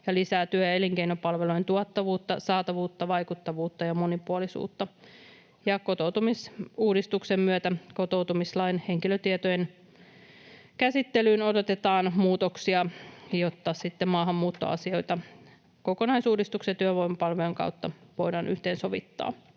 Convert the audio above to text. ja lisää työ- ja elinkeinopalvelujen tuottavuutta, saatavuutta, vaikuttavuutta ja monipuolisuutta. Kotoutumisuudistuksen myötä kotoutumislain henkilötietojen käsittelyyn odotetaan muutoksia, jotta sitten maahanmuuttoasioita kokonaisuudistuksen ja työvoimapalvelujen kautta voidaan yhteensovittaa.